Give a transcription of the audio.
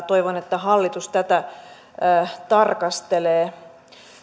toivon että hallitus tätä tarkastelee